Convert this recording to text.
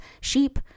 Sheep